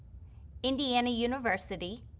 indiana university,